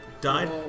died